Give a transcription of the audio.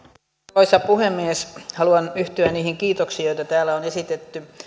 arvoisa puhemies haluan yhtyä niihin kiitoksiin joita täällä on esitetty